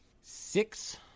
six